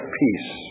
peace